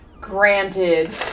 granted